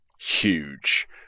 huge